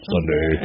Sunday